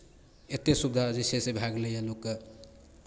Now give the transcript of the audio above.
एतेक सुविधा जे छै से भए गेलैए लोककेँ